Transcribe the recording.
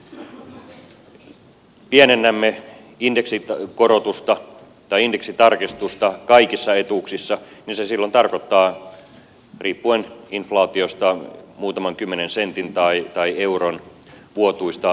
kun pienennämme indeksitarkistusta kaikissa etuuksissa se silloin tarkoittaa riippuen inflaatiosta muutaman kymmenen sentin tai euron vuotuista menetystä